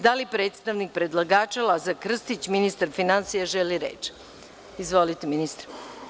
Da li predstavnik predlagača Lazar Krstić, ministar finansija, želi reč? (Da.) Izvolite, ministre.